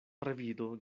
revido